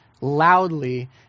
loudly